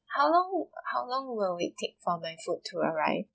how long how long will it take for my food to arrive